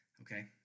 okay